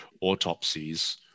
autopsies